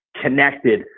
connected